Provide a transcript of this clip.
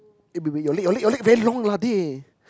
eh wait wait your leg your leg long lah dey